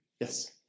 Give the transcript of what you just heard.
Yes